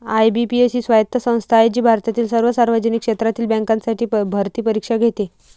IBPS ही स्वायत्त संस्था आहे जी भारतातील सर्व सार्वजनिक क्षेत्रातील बँकांसाठी भरती परीक्षा घेते